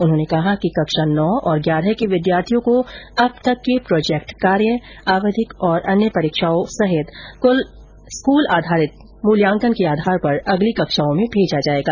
उन्होंने कहा कि कक्षा नौ और ग्यारह के विद्यार्थियों को अब तक के प्रोजेक्ट कार्य आवधिक और अन्य परीक्षाओं सहित स्कूल आधारित मूल्यांकन के आधार पर अगली कक्षाओं में भेजा जाएगा